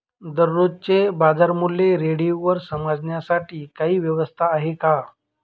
दररोजचे बाजारमूल्य रेडिओवर समजण्यासाठी काही व्यवस्था आहे का?